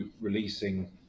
releasing